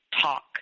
talk